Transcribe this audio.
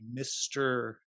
Mr